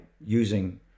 using